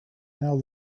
now